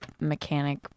mechanic